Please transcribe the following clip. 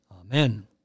Amen